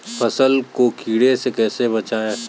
फसल को कीड़े से कैसे बचाएँ?